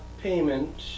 payment